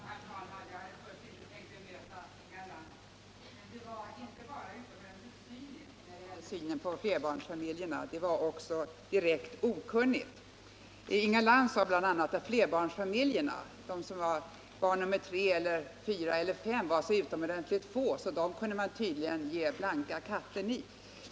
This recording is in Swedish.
Herr talman! Jag hade först inte tänkt bemöta Inga Lantz anförande, men det var inte bara utomordentligt cyniskt när det gällde synen på flerbarnsfamiljerna, det var också direkt okunnigt. Inga Lantz sade bl.a. att flerbarnsfamiljerna — de som har barn nr 3, 4 eller 5 — var så utomordentligt få att dem kunde man tydligen ge blanka katten i.